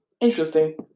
interesting